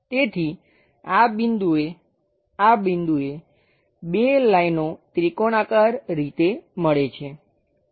તેથી આ બિંદુએ આ બિંદુએ બે લાઈનો ત્રિકોણાકાર રીતે મળે છે